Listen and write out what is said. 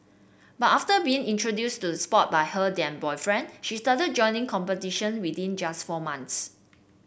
but after being introduced to the sport by her then boyfriend she started joining competition within just four months